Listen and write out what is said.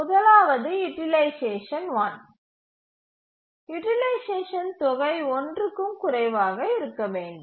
முதலாவது utilisation 1 utilisation தொகை ஒன்றுக்கும் குறைவாக இருக்க வேண்டும்